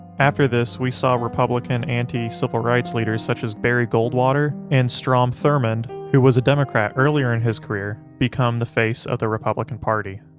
after this we saw republican anti civil rights leaders such as barry goldwater and strom thurmond, who was a democrat earlier in his career, become the face of the republican party.